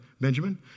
Benjamin